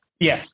Yes